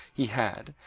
he had,